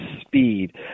speed